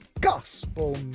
gospel